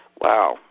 Wow